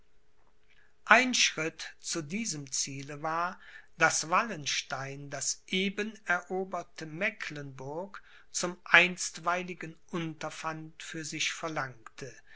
ein schritt zu diesem ziele war daß wallenstein das eben eroberte mecklenburg zum einstweiligen unterpfand für sich verlangte